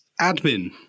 Admin